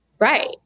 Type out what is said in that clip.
Right